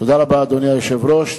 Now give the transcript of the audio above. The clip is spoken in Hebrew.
תודה רבה, אדוני היושב-ראש.